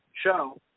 show